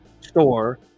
store